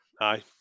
Aye